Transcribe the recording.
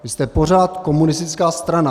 Vy jste pořád komunistická strana.